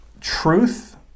truth